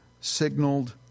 signaled